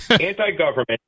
anti-government